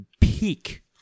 peak